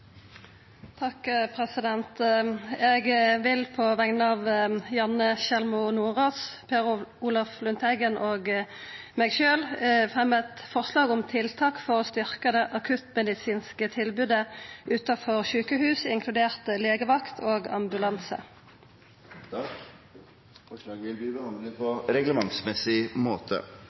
vil på vegner av representantane Janne Sjelmo Nordås, Per Olaf Lundteigen og meg sjølv fremja forslag om tiltak for å styrkja det akuttmedisinske tilbodet utanfor sjukehus, inkludert legevakt og ambulanse. Forslaget vil bli behandlet på reglementsmessig måte.